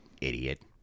idiot